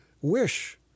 Wish